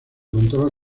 contaba